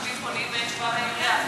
התושבים פונים ואין תשובה מהעירייה,